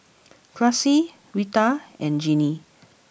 Classie Rita and Jeanne